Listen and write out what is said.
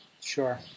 Sure